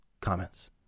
comments